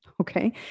okay